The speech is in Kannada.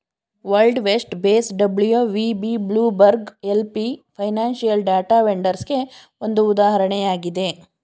world west base WVB, Bloomberg LP financial data ವೆಂಡರ್ಸ್ಗೆಗೆ ಒಂದು ಉದಾಹರಣೆಯಾಗಿದೆ